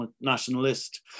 nationalist